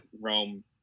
rome